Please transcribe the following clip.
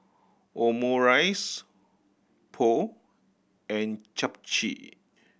Omurice Pho and Japchae